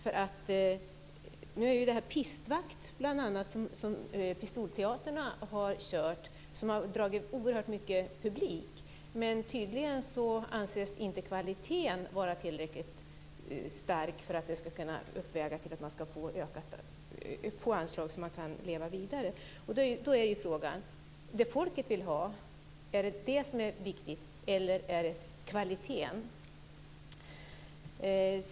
Bl.a. Pistvakt, som Pistolteatern har kört, har dragit väldigt mycket publik, men tydligen anses inte kvaliteten vara tillräckligt hög för att man ska kunna få anslag så att man kan leva vidare. Då är ju frågan: Det folket vill ha; är det det som är viktigt, eller är det kvaliteten?